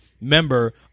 member